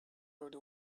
rode